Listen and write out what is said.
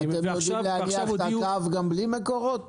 אתם יודעים להניח את הקו גם בלי מקורות?